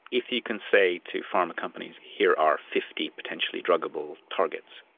if you can say to pharma companies here are fifty potentially drugable targets,